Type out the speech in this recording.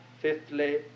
fifthly